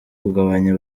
kugabanya